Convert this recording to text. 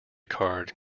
card